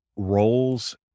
roles